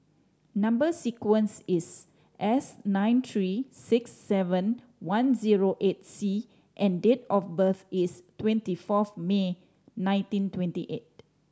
number sequence is S nine three six seven one zero eight C and date of birth is twenty fourth May nineteen twenty eight